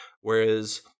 whereas